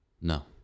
No